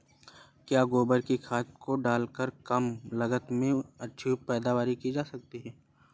क्या गोबर की खाद को डालकर कम लागत में अच्छी पैदावारी की जा सकती है?